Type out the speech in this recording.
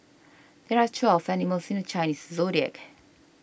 there are twelve animals in the Chinese zodiac